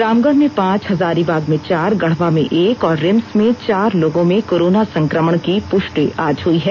रामगढ़ में पांच हजारीबाग में चार गढ़वा मेंएक और रिम्स में चार लोगों में कोरोना संक्रमण की पुष्टि आज हई है